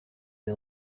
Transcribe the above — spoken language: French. des